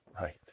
Right